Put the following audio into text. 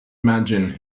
imagine